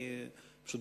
פשוט,